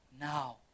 now